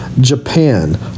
Japan